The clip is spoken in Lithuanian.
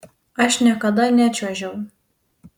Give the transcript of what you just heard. aš niekada nečiuožiau